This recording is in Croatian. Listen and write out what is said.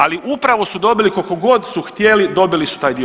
Ali upravo su dobili koliko god su htjeli dobili su taj dio.